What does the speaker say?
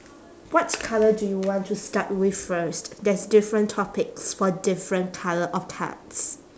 what colour do you want to start with first there's different topics for different colour of cards